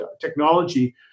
technology